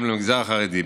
גם למגזר החרדי.